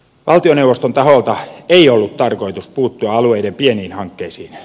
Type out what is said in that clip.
valtioneuvoston taholta ei ollut tarkoitus puuttua alueiden pieniin hankkeisiin